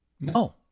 No